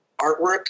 artwork